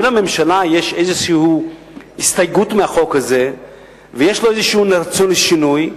אם לממשלה יש איזו הסתייגות מהחוק הזה ויש לה רצון לשינוי,